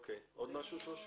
עוד משהו, שושי?